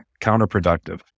counterproductive